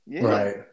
Right